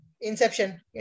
Inception